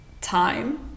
time